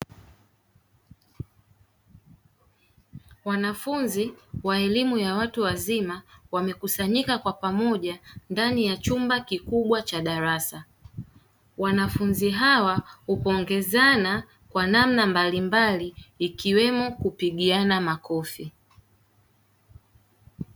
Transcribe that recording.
Wanafunzi wa elimu ya watu wazima wamekusanyika kwa pamoja ndani ya chumba kikubwa cha darasa, wanafunzi hawa hupongezana kwa namna mbalimbali ikiwemo kupigiana makofi.